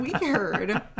weird